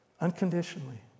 Unconditionally